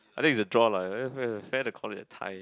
I think it's a draw lah fair to call it a tie